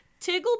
Tiggle